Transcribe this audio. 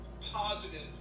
positive